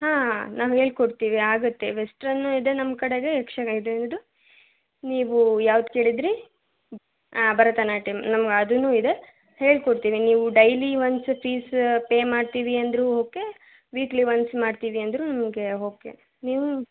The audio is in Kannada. ಹ್ಞೂ ನಾವು ಹೇಳಿಕೊಡ್ತೀವಿ ಆಗುತ್ತೆ ವೆಸ್ಟ್ರನ್ನೂ ಇದೆ ನಮ್ಮ ಕಡೆಗೆ ಯಕ್ಷ ಇದೇನಿದು ನೀವು ಯಾವ್ದು ಕೇಳಿದಿರಿ ಹಾಂ ಭರತನಾಟ್ಯಮ್ ನಮ್ಗೆ ಅದೂ ಇದೆ ಹೇಳಿಕೊಡ್ತೀವಿ ನೀವು ಡೈಲಿ ಒನ್ಸು ಫೀಸು ಪೇ ಮಾಡ್ತೀವಿ ಅಂದರೂ ಓಕೆ ವೀಕ್ಲಿ ಒನ್ಸ್ ಮಾಡ್ತೀವಿ ಅಂದ್ರೂ ನಮಗೆ ಓಕೆ ನೀವು